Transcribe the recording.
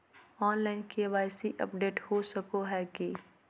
Online KYC update हो सको है की?